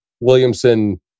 Williamson